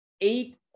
Eight